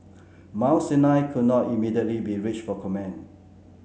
Mount Sinai could not immediately be reached for comment